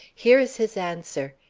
here is his answer.